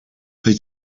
for